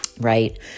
right